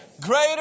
Greater